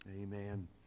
amen